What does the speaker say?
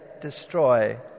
destroy